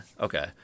Okay